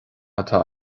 atá